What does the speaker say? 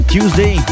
Tuesday